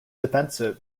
defensive